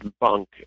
bunk